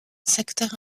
secteur